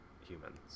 humans